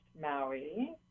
Maui